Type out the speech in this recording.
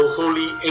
holy